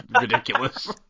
ridiculous